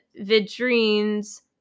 Vidrine's